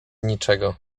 niczego